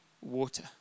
water